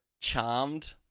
charmed